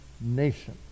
nation